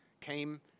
came –